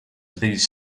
these